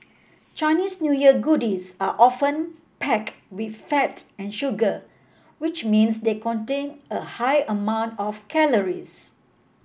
Chinese New Year goodies are often pack with fat and sugar which means they contain a high amount of calories